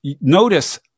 Notice